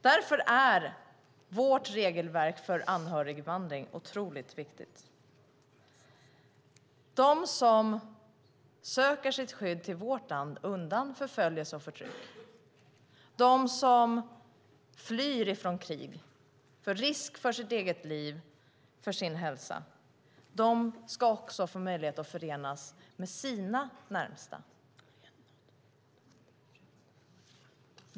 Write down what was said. Därför är vårt regelverk för anhöriginvandring otroligt viktigt. De som söker sitt skydd i vårt land undan förföljelse och förtryck, de som flyr ifrån krig med risk för sitt eget liv och sin hälsa ska också få möjlighet att förenas med sina närmaste.